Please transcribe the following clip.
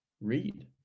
read